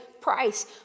price